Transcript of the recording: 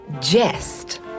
Jest